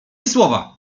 słowa